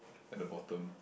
at the bottom